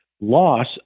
loss